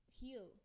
heal